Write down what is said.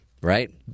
Right